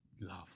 love